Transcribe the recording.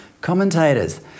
commentators